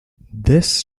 this